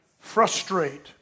frustrate